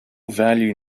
value